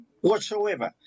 whatsoever